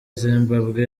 zimbabwe